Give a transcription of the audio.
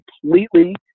completely